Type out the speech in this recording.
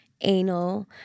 anal